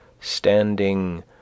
standing